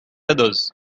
others